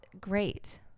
great